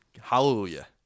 hallelujah